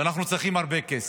שאנחנו צריכים הרבה כסף,